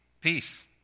peace